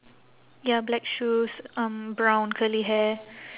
ya black shoes um brown curly hair